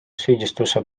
süüdistuse